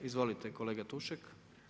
Izvolite kolega Tušek.